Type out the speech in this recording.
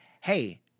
hey